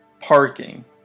parking